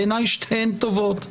בעיניי, שתיהן טובות.